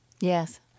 yes